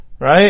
Right